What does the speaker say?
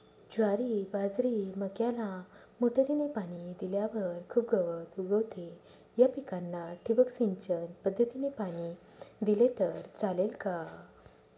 ज्वारी, बाजरी, मक्याला मोटरीने पाणी दिल्यावर खूप गवत उगवते, या पिकांना ठिबक सिंचन पद्धतीने पाणी दिले तर चालेल का?